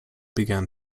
began